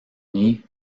unis